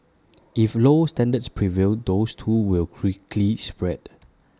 if low standards prevail those too will quickly spread